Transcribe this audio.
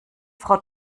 frau